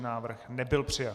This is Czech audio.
Návrh nebyl přijat.